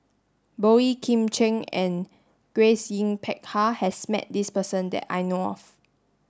Boey Kim Cheng and Grace Yin Peck Ha has met this person that I know of